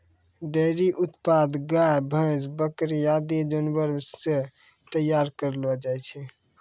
dairy उत्पाद गाय, भैंस, बकरी आदि जानवर सें तैयार करलो जाय छै